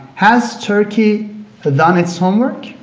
has turkey done its homework?